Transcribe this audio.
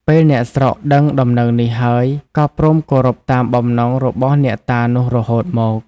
ពេលអ្នកស្រុកដឹងដំណឹងនេះហើយ ក៏ព្រមគោរពតាមបំណងរបស់អ្នកតានោះរហូតមក។